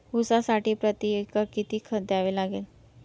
ऊसासाठी प्रतिएकर किती खत द्यावे लागेल?